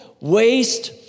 waste